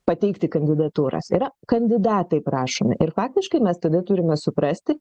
pateikti kandidatūras yra kandidatai prašomi ir faktiškai mes tada turime suprasti